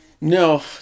No